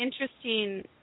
interesting